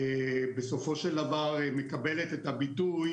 בסופו של דבר, מקבלת את הביטוי